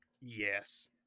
yes